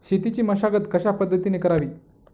शेतीची मशागत कशापद्धतीने करावी?